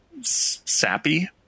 sappy